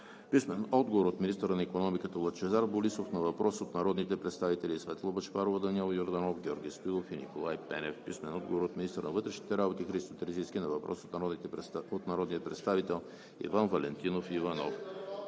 Пенев; - министъра на икономиката Лъчезар Борисов на въпрос от народните представители Светла Бъчварова, Даниел Йорданов, Георги Стоилов и Николай Пенев; - министъра на вътрешните работи Христо Терзийски на въпрос от народния представител Иван Валентинов Иванов;